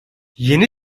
yeni